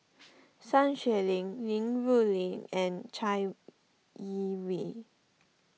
Sun Xueling Li Rulin and Chai Yee Wei